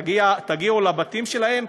תגיעו לבתים שלהם,